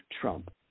Trump